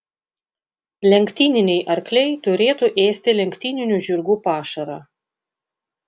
lenktyniniai arkliai turėtų ėsti lenktyninių žirgų pašarą